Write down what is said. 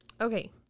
Okay